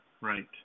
Right